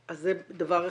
זה דבר אחד,